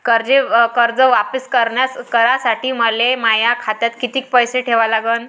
कर्ज वापिस करासाठी मले माया खात्यात कितीक पैसे ठेवा लागन?